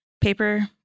paper